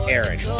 Aaron